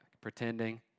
pretending